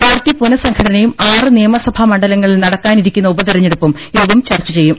party പുനഃസംഘ ടനയും ആറ് നിയമസഭാ മണ്ഡലങ്ങളിൽ നടക്കാനിരിക്കുന്ന ഉപതെരഞ്ഞെ ടുപ്പും യോഗം ചർച്ച ചെയ്യും